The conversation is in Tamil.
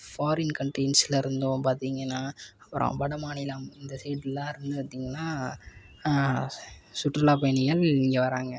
ஃபாரின் கண்ட்ரிஸ்லருந்தும் பார்த்திங்கன்னா அப்புறம் மாநிலம் இந்த சைட் எல்லாம் இருந்து பார்த்திங்கன்னா சுற்றுலா பயணிகள் இங்கே வராங்க